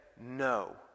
no